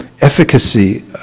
efficacy